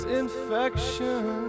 infection